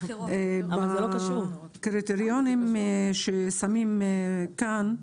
בקריטריונים ששמים כאן,